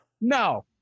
No